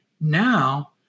Now